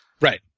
Right